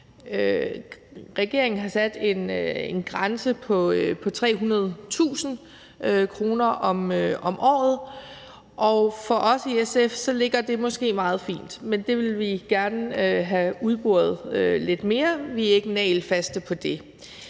Regeringen har sat en grænse på 300.000 kr. om året, og for os i SF ligger det måske meget fint, men vi vil gerne have udboret det lidt mere – vi har ikke en nagelfast